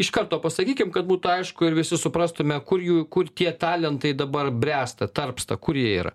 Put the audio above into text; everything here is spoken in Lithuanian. iš karto pasakykim kad būtų aišku ir visi suprastume kur jų kur tie talentai dabar bręsta tarpsta kurie yra